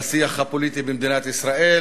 בשיח הפוליטי במדינת ישראל,